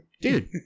Dude